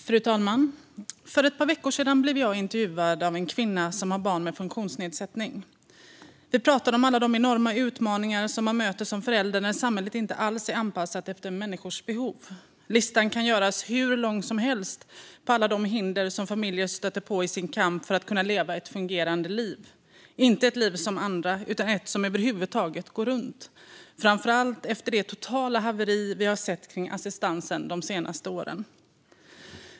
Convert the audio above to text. Fru talman! För ett par veckor sedan blev jag intervjuad av en kvinna som har barn med funktionsnedsättning. Vi pratade om alla de enorma utmaningar man möter som förälder när samhället inte alls är anpassat efter människors behov. Listan kan göras hur lång som helst på alla de hinder som familjer stöter på i sin kamp för att kunna leva ett fungerande liv, inte ett liv som andra utan ett som över huvud taget går runt, framför allt efter det totala haveri vi har sett för assistansen de senaste åren.